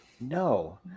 no